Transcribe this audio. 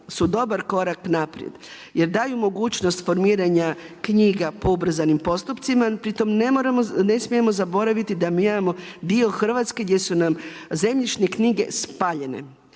su dobar korak naprijed jer daju mogućnost formiranja knjiga po ubrzanim postupcima. Pri tome ne smijemo zaboraviti da mi imamo dio Hrvatske gdje su nam zemljišne knjige spaljene,